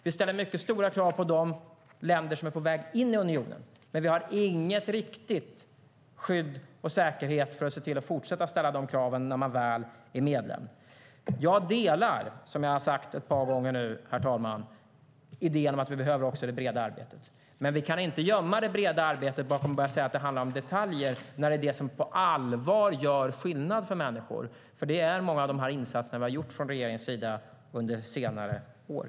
Vi ställer mycket stora krav på de länder som är på väg in i unionen, men vi har inget riktigt skydd och ingen riktig säkerhet när det gäller att se till att fortsätta att ställa de kraven när länderna väl är medlemmar. Jag delar, som jag nu har sagt ett par gånger, herr talman, idén om att vi också behöver det breda arbetet. Men vi kan inte gömma det breda arbetet bakom tal om att det handlar om detaljer när det är det som på allvar gör skillnad för människor. Det gäller många av de insatser som vi har gjort från regeringens sida under senare år.